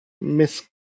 Miss